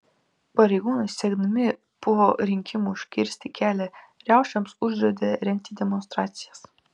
pareigūnai siekdami po rinkimų užkirsti kelią riaušėms uždraudė rengti demonstracijas